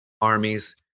armies